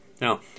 Now